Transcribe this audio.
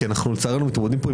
ההסתה כי לצערנו אנחנו מתמודדים עם